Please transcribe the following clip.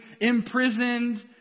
imprisoned